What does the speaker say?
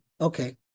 okay